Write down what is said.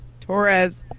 Torres